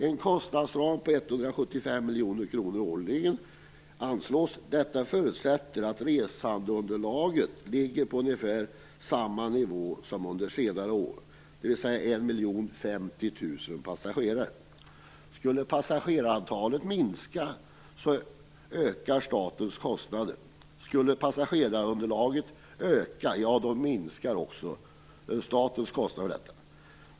En kostnadsram anslås på 175 miljoner kronor årligen. Detta förutsätter att resandeunderlaget ligger på ungefär samma nivå som under senare år, dvs. 1 050 000 passagerare. Om passagerarantalet minskar, ökar statens kostnader. Om passageraravtalet däremot ökar, minskar statens kostnader.